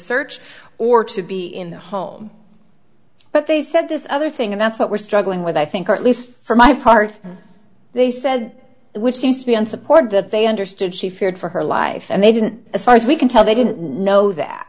search or to be in the home but they said this other thing and that's what we're struggling with i think or at least for my part they said which seems to be on support that they understood she feared for her life and they didn't as far as we can tell they didn't know that